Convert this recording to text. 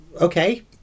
okay